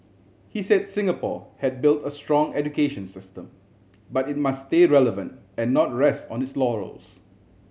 he said Singapore had built a strong education system but it must stay relevant and not rest on its laurels